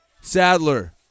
Sadler